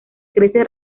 crece